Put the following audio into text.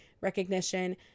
recognition